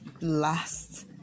last